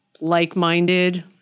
like-minded